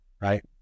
right